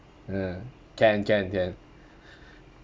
uh can can can